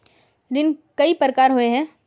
ऋण कई प्रकार होए है?